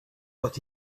but